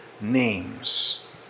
names